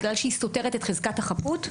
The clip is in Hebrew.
בגלל שהיא סותרת את חזקת החפות,